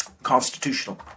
constitutional